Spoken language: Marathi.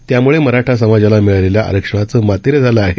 त्यामुळे मराठा समाजाला मिळालेल्या आरक्षणाचं मातेरं झालं आहे